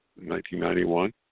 1991